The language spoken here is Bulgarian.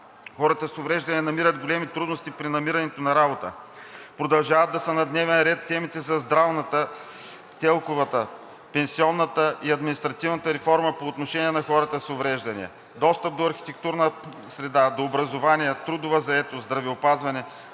хората с увреждания намират големи трудности при намирането на работа. Продължават да са на дневен ред темите за здравната – ТЕЛК-овете, пенсионната и административната реформа по отношение на хората с увреждания, достъпът до архитектурна среда, до образование, трудовата заетост, здравеопазване.